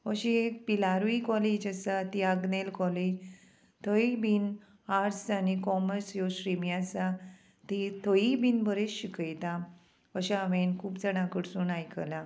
अशी एक पिलारूय कॉलेज आसा ती आग्नेल कॉलेज थंय बीन आर्ट्स आनी कॉमर्स ह्यो स्ट्रिमी आसा ती थंय बीन बरें शिकयता अशें हांवेन खूब जाणां कडसून आयकलां